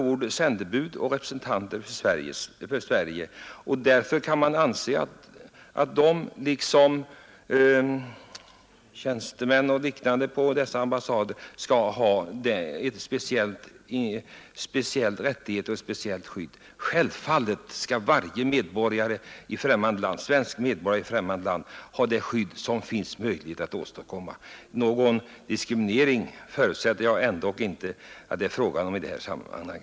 De är sändebud och representanter för Sverige, och därför kan man anse att de liksom tjänstemän och andra på ambassaderna bör ha speciella rättigheter och ett speciellt skydd. Självfallet skall varje svensk medborgare i främmande land ha det skydd som är möjligt att ge. Någon diskriminering förutsätter jag att det inte är fråga om i detta sammanhang,